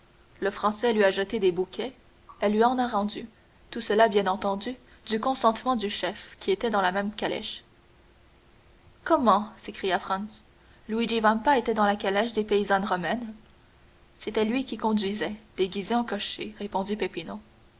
le français lui a jeté des bouquets elle lui en a rendu tout cela bien entendu du consentement du chef qui était dans la même calèche comment s'écria franz luigi vampa était dans la calèche des paysannes romaines c'était lui qui conduisait déguisé en cocher répondit peppino